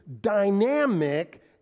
dynamic